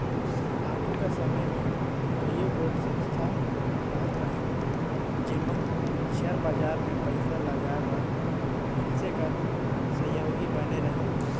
आघु कर समे में कइयो गोट संस्था रहत रहिन जेमन सेयर बजार में पइसा लगाए बर मइनसे कर सहयोगी बने रहिन